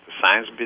science